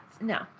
No